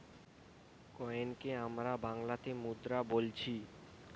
কয়েনকে আমরা বাংলাতে মুদ্রা বোলছি